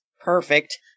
perfect